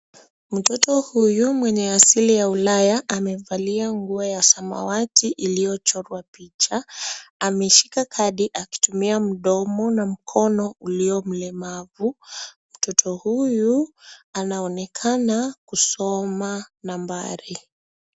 Mtoto huyu mwenye asili ya ulaya amevalia nguo ya samawati iliyochorwa picha. Ameshika kadi akitumia mdomo na mkono ulio mlemavu. Mtoto huyu anaonekana kusoma nambari.